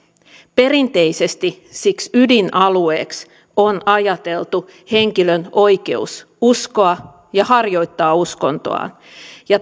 perinteisesti ydinalueeksi on ajateltu henkilön oikeus uskoa ja harjoittaa uskontoaan ja